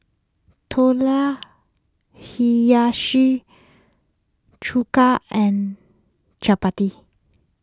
Tortillas Hiyashi Chuka and Chapati